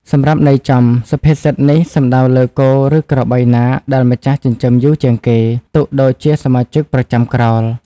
សម្រាប់ន័យចំ សុភាសិតនេះសំដៅលើ គោ ឬក្របីណាដែលម្ចាស់ចិញ្ចឹមយូរជាងគេ ទុកដូចជាសមាជិកប្រចាំក្រោល។